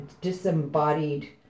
disembodied